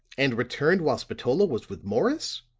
and returned while spatola was with morris?